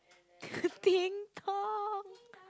ding-dong